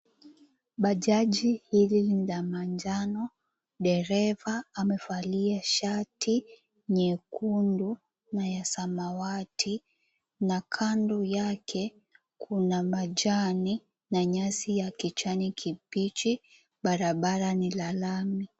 Bajaji hili ni la manjano, dereva amevalia shati nyekundu na ya samawati na kando yake kuna majani na nyasi ya kijani kibichi, barabara ni la lami.